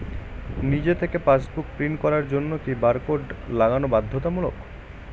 নিজে থেকে passbook print করার জন্য কি বারকোড লাগানো বাধ্যতামূলক?